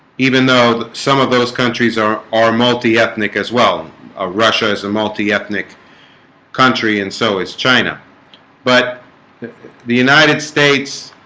even though some of those countries are are multi-ethnic as well ah russia as a and multi-ethnic country and so is china but the united states